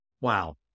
Wow